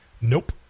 Nope